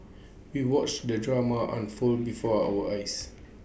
we watched the drama unfold before our eyes